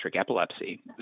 epilepsy